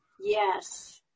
yes